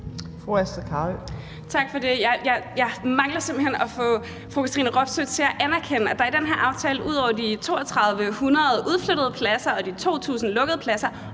Astrid Carøe (SF): Tak for det. Jeg mangler simpelt hen at få fru Katrine Robsøe til at anerkende, at der i den her aftale ud over de 3.200 udflyttede pladser og de 2.000 lukkede pladser